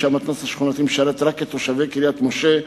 שהמתנ"ס השכונתי משרת רק את תושבי קריית-משה,